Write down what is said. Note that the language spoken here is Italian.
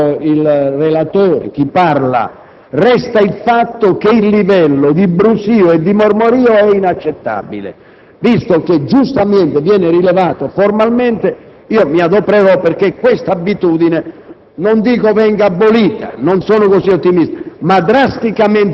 Ho sempre la preoccupazione di non interrompere troppo il relatore, chi parla. Resta il fatto che il livello di brusìo e di mormorio è inaccettabile. Visto che giustamente viene rilevato formalmente, mi adopererò perché questa abitudine